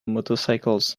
motorcycles